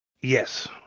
Yes